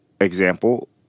example